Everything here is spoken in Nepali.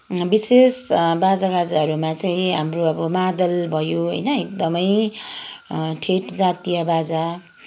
विशेष बाजागाजहरूमा चाहिँ हाम्रो अब मादल भयो होइन एकदमै ठेट जातीय बाजा